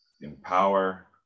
empower